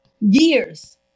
Years